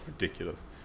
ridiculous